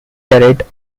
turret